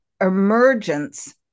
emergence